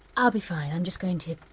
ah be fine. i'm just going to,